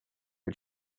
had